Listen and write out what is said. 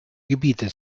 gebiete